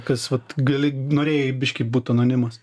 kas vat gali norėjai biškį būt anonimas